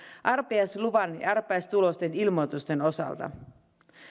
arpajaisluvan ja arpajaistulosten ilmoitusten osalta